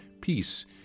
Peace